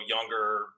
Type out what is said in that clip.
younger